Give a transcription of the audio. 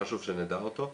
וחשוב שנדע אותו?